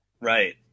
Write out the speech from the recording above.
Right